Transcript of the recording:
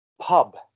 pub